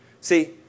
See